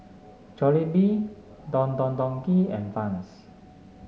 Jollibee Don Don Donki and Vans